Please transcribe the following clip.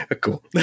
Cool